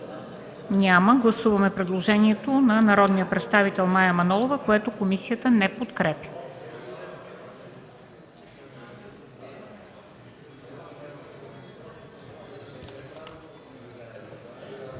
Гласуваме предложението на народния представител Михаил Михайлов, което комисията не подкрепя.